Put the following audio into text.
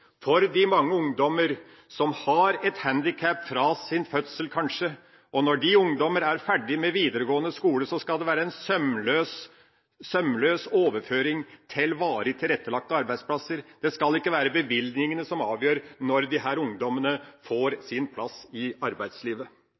for de mange ungdommer som har et handikap fra fødselen, kanskje. Når disse ungdommene er ferdig med videregående skole, skal det være en sømløs overføring til varig tilrettelagte arbeidsplasser. Det skal ikke være bevilgningene som avgjør når disse ungdommene får sin plass i arbeidslivet.